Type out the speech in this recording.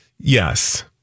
Yes